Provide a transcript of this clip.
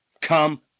come